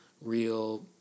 real